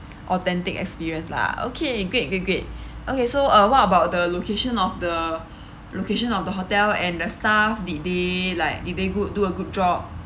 authentic experience lah okay great great great okay so uh what about the location of the location of the hotel and the staff did they like did they good do a good job